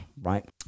right